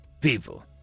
people